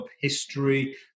history